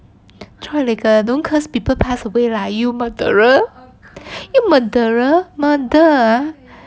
choi li ge don't curse people pass away lah you murderer you murderer murder